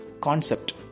concept